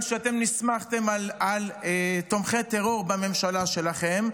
שאתם נסמכתם על תומכי טרור בממשלה שלכם,